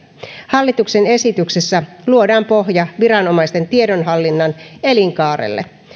hallituksen esityksessä luodaan pohja viranomaisten tiedonhallinnan elinkaarelle